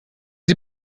sie